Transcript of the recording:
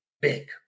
big